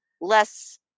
less